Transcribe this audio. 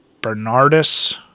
Bernardus